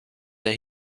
that